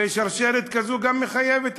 שרשרת כזאת גם מחייבת,